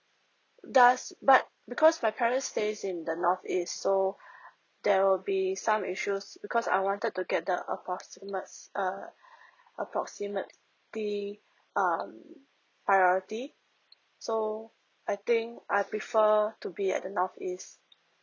does but because my parents stays in the north east so there will be some issues because I wanted to get the approximate err a proximity um priority so I think I prefer to be at the north east